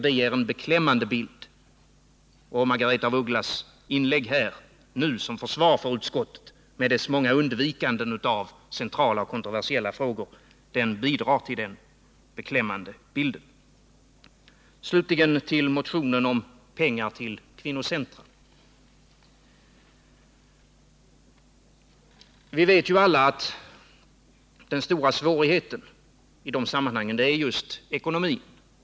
Det ger en beklämmande bild, och Margaretha af Ugglas inlägg här som försvar för utskottet med dess många undvikanden av centrala och kontroversiella frågor bidrar till den beklämmande bilden. Slutligen till motionen om pengar till kvinnocentra. Vi vet alla att den stora svårigheten i det sammanhanget är just ekonomin.